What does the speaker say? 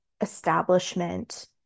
establishment